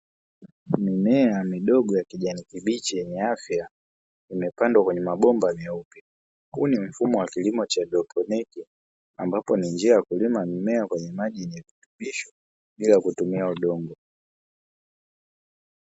Mimea midogo ya kijani kibichi yenye afya, imepandwa kwenye mabomba meupe. Huu ni mfumo wa kilimo cha haidroponi ambapo ni njia ya kulima mimea kwenye maji yenye virutubisho bila kutumia udongo.